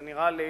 נראה לי